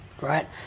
right